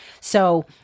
So-